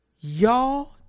y'all